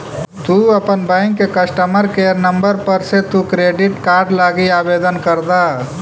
तु अपन बैंक के कस्टमर केयर नंबर पर से तु क्रेडिट कार्ड लागी आवेदन कर द